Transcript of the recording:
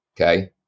okay